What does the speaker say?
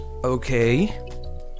okay